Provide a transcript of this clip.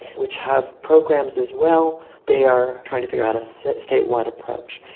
which have programs as well, they are trying to figure out a so state-wide approach.